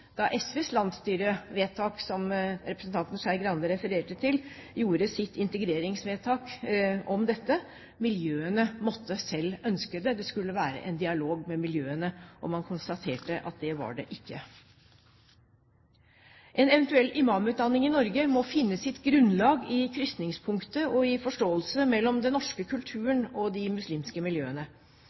da SVs landsstyre, som representanten Skei Grande refererte til, gjorde sitt integreringsvedtak om dette: Miljøene måtte selv ønske det. Det skulle være en dialog med miljøene, og man konstaterte at det var det ikke. En eventuell imamutdanning i Norge må finne sitt grunnlag i krysningspunktet og i forståelse mellom den norske kulturen og de muslimske miljøene.